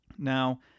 Now